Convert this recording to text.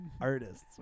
artists